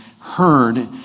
heard